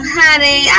honey